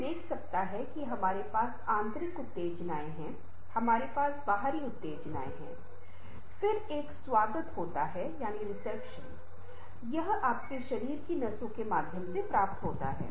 कोई देख सकता है कि हमारे पास आंतरिक उत्तेजनाएं हैं हमारे पास बाहरी उत्तेजनाएं हैं फिर एक स्वागत होता रिसेप्शन है यह आपके शरीर में नसों के माध्यम से प्राप्त होता है